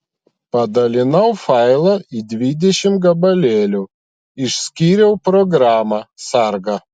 padalinau failą į dvidešimt gabalėlių išskyriau programą sargą